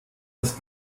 das